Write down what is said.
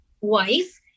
wife